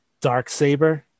Darksaber